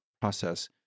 process